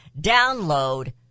download